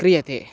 क्रियते